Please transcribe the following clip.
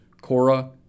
Cora